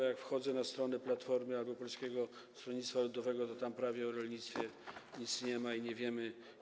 Jak wchodzę na stronę Platformy albo Polskiego Stronnictwa Ludowego, to tam o rolnictwie prawie nic nie ma i nie wiemy.